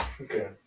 Okay